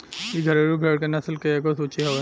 इ घरेलु भेड़ के नस्ल के एगो सूची हवे